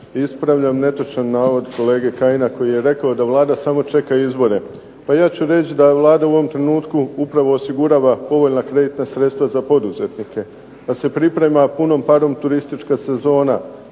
Ispravljam netočan navod kolege Kajina koji je rekao da Vlada samo čeka izbore. Pa ja ću reći da Vlada u ovom trenutku upravo osigurava povoljna kreditna sredstva za poduzetnike, da se priprema punom parom turistička sezona,